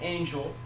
Angel